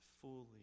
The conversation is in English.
fully